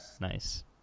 Nice